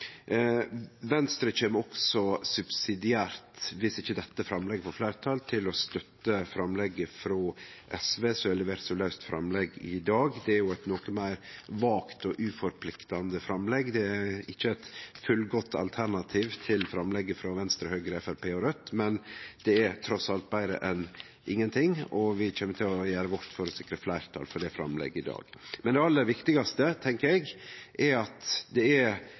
Venstre kjem også subsidiært, viss ikkje dette framlegget får fleirtal, til å støtte framlegget frå SV, som er levert som laust framlegg i dag. Det er eit noko meir vagt og uforpliktande framlegg, det er ikkje eit fullgodt alternativ til framlegget frå Venstre, Høgre, Framstegspartiet og Raudt, men det er trass alt betre enn ingenting. Vi kjem til å gjere vårt for å sikre fleirtal for framlegget i dag. Det aller viktigaste tenkjer eg er – som eg opplever frå alle talarar her i dag, inkludert talarar frå regjeringspartia – at